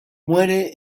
muere